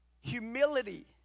Humility